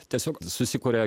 tiesiog susikuria